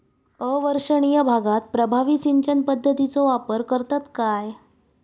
अवर्षणिय भागात प्रभावी सिंचन पद्धतीचो वापर करतत काय?